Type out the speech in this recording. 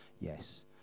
yes